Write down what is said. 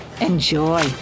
Enjoy